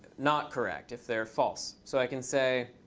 not correct if they're false. so i can say